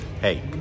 hey